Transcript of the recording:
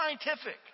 scientific